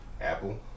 Apple